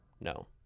No